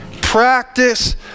Practice